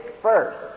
First